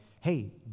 hey